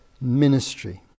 ministry